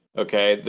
okay?